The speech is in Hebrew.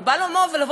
הוא נועד לומר: